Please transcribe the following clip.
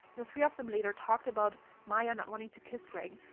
the three of them later talked about maya not wanting to kiss greg,